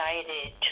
excited